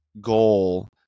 goal